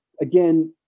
again